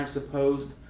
supposed,